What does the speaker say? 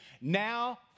Now